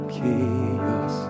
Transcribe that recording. chaos